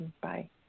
Bye